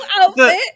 outfit